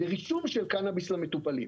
לרישום של קנביס למטופלים.